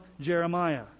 Jeremiah